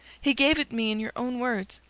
he gave it me in your own words.